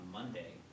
Monday